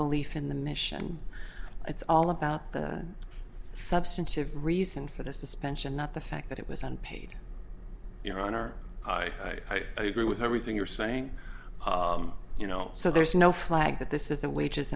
belief in the mission it's all about the substantive reason for the suspension not the fact that it was unpaid your honor i agree with everything you're saying you know so there's no flag that this is a wages